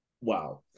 wow